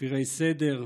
מפירי סדר,